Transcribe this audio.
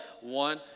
One